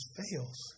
fails